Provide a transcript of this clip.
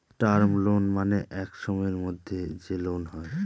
term loan মানে এক সময়ের মধ্যে যে লোন হয়